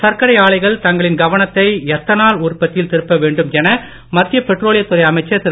சர்க்கரை ஆலைகள் தங்களின் கவனத்தை எத்தனால் உற்பத்தியில் திருப்ப வேண்டும் என மத்திய பெட்ரோலியத்துறை அமைச்சர் திரு